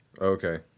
Okay